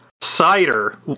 cider